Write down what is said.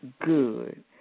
good